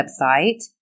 website